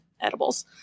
edibles